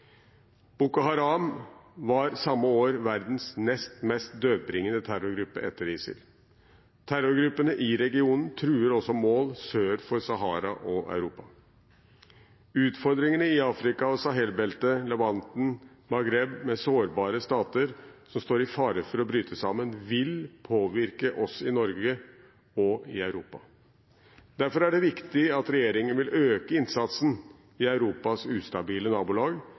Boko Haram var samme år verdens nest mest dødbringende terrorgruppe etter ISIL. Terrorgruppene i regionen truer også mål sør for Sahara og Europa. Utfordringene i Afrika og Sahel-beltet, Levanten og Maghreb, med sårbare stater som står i fare for å bryte sammen, vil påvirke oss i Norge og i Europa. Derfor er det viktig at regjeringen vil øke innsatsen i Europas ustabile nabolag